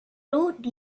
rude